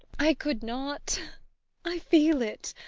i could not i feel it.